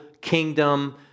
kingdom